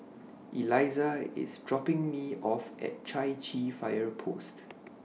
Eliza IS dropping Me off At Chai Chee Fire Post